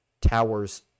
Towers